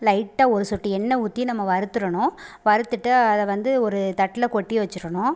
லைட்டாக ஒரு சொட்டு எண்ணெய் ஊற்றி நம்ம வறுத்துரணும் வறுத்துட்டு அதை வந்து ஒரு தட்டில் கொட்டி வச்சுரணும்